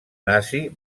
nazi